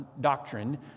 Doctrine